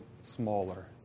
smaller